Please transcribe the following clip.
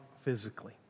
physically